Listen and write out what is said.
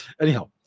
Anyhow